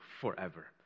forever